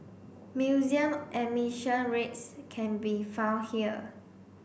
museum admission rates can be found here